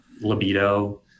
libido